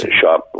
shop